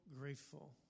grateful